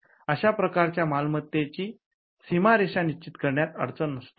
अशा प्रकारच्या मालमत्तेची सीमा निश्चित करण्यात अडचण नसते